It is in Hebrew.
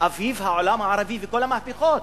אביב העולם הערבי וכל המהפכות.